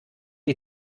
die